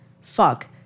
fuck